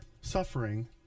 suffering